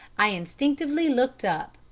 i instinctively looked up,